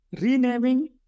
renaming